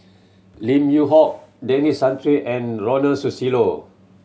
Lim Yew Hock Denis Santry and Ronald Susilo